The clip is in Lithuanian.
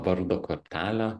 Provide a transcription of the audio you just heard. vardo kortelę